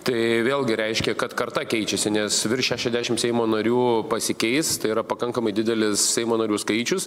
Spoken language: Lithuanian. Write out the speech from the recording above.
tai vėlgi reiškia kad karta keičiasi nes virš šešiasdešim seimo narių pasikeis tai yra pakankamai didelis seimo narių skaičius